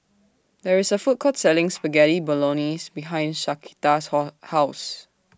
There IS A Food Court Selling Spaghetti Bolognese behind Shaquita's How House